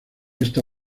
esta